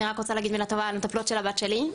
אני רק רוצה להגיד מילה טובה על המטפלות של הבת שלי,